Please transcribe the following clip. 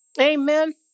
Amen